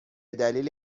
دلیل